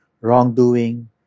wrongdoing